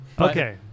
Okay